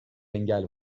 engel